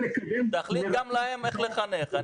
תחליט גם להם איך לחנך.